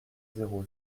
zéro